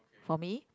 for me